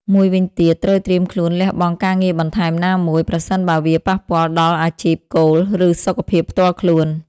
មួយវិញទៀតត្រូវត្រៀមខ្លួនលះបង់ការងារបន្ថែមណាមួយ ប្រសិនបើវាប៉ះពាល់ដល់អាជីពគោល ឬសុខភាពផ្ទាល់ខ្លួន។